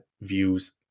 views